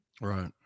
Right